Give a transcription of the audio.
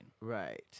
Right